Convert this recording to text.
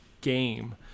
game